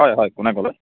হয় হয় কোনে ক'লে